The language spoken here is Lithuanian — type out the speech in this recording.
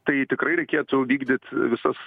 tai tikrai reikėtų vykdyt visus